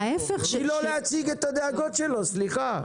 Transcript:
להפך -- תני לו להציג את הדאגות שלו, סליחה.